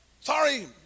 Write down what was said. sorry